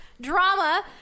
drama